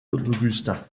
augustin